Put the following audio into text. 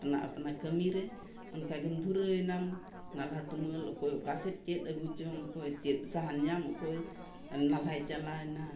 ᱟᱯᱱᱟ ᱟᱯᱱᱟ ᱠᱟᱹᱢᱤ ᱨᱮ ᱚᱱᱠᱟ ᱜᱮᱢ ᱫᱷᱩᱨᱟᱹᱣ ᱮᱱᱟᱢ ᱱᱟᱞᱦᱟ ᱛᱩᱢᱟᱹᱞ ᱚᱠᱚᱭ ᱚᱠᱟ ᱥᱮᱜ ᱪᱮᱫ ᱟᱹᱜᱩ ᱪᱚᱝ ᱚᱠᱚᱭ ᱪᱮᱫ ᱥᱟᱦᱟᱱ ᱧᱟᱢ ᱚᱠᱚᱭ ᱱᱟᱞᱦᱟᱭ ᱪᱟᱞᱟᱣ ᱮᱱᱟ